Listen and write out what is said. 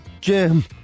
Jim